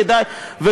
מה זה שייך?